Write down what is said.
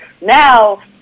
Now